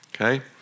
Okay